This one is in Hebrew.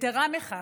יתרה מכך,